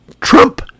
Trump